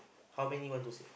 how many want to save